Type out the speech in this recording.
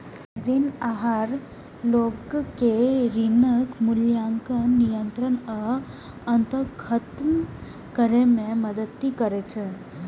ऋण आहार लोग कें ऋणक मूल्यांकन, नियंत्रण आ अंततः खत्म करै मे मदति करै छै